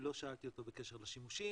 לא שאלתי אותו בקשר לשימושים.